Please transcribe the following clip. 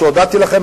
שהודעתי לכם,